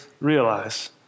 realize